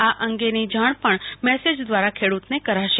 આ અંગેની જાણ પણ મેસેજ દ્વારા ખેડૂતને કરાશે